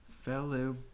fellow